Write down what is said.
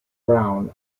brown